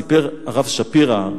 סיפר הרב שפירא,